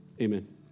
Amen